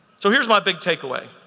so here's my big takeaway.